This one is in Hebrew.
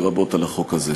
לרבות על החוק הזה.